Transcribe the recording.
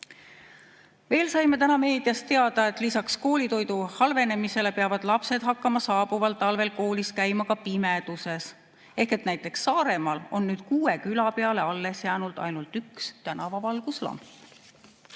Veel saime täna meediast teada, et lisaks koolitoidu halvenemisele peavad lapsed hakkama saabuval talvel koolis käima pimeduses. Näiteks Saaremaal on kuue küla peale alles jäänud ainult üks tänavavalguslamp.